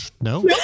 no